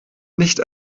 nicht